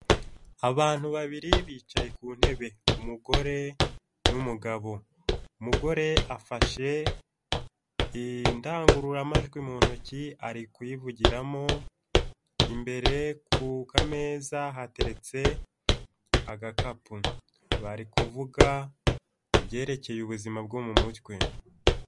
Abantu babiri bicaye ku ntebe, umugore n'umugabo, mugore afashe indangururamajwi mu ntoki ari kuyivugiramo, imbere ku meza hateretse agakapu, bari kuvuga ku byerekeye ubuzima bwo mu mutwe.